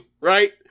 right